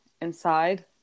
inside